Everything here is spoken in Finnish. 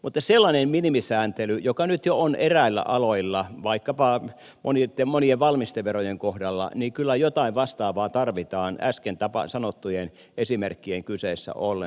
mutta kyllä jotain vastaavaa minimisääntelyä joka nyt jo on eräillä aloilla vaikkapa monien valmisteverojen kohdalla tarvitaan äsken sanottujen esimerkkien kyseessä ollen